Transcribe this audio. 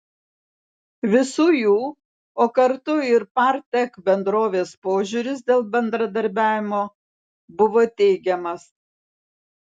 visų jų o kartu ir partek bendrovės požiūris dėl bendradarbiavimo buvo teigiamas